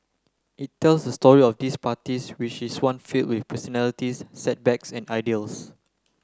it tells the story of these parties which is one filled with personalities setbacks and ideals